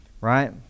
right